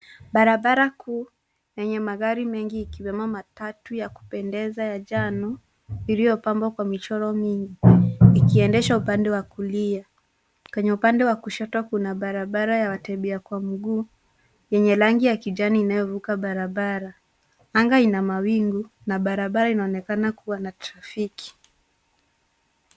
Barabara kuu yenye magari mengi ikiwemo matatu ya kupendeza ya njano iliyopambwa kwa michoro mingi ikiendeshwa upande wa kulia. Kwenye upande wa kushoto kuna barabara ya watembea kwa mguu yenye rangi ya kijani inayovuka barabara. Anga ina mawingu na barabara inaonekana kuwa na trafiki.